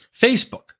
Facebook